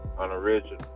unoriginal